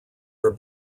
are